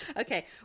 Okay